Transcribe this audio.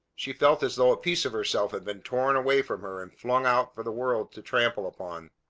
she felt as though a piece of herself had been torn away from her and flung out for the world to trample upon.